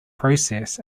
process